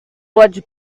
watch